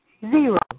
Zero